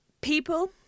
people